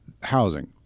Housing